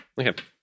Okay